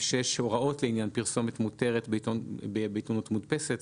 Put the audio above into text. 6 הוראות לעניין פרסומת מותרת בעיתונות מודפסת.